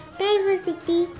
diversity